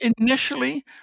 initially